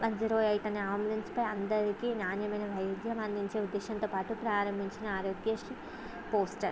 one zero eight అనే అంబులెన్స్పై అందరికీ నాణ్యమైన వైద్యం అందించే ఉద్దేశంతో పాటు ప్రారంభించిన ఆరోగ్యశ్రీ పోస్టర్